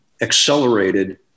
accelerated